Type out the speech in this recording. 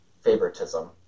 favoritism